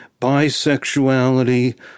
bisexuality